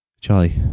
Charlie